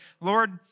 Lord